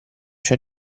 c’è